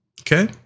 okay